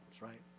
right